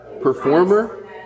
performer